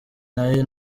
nayo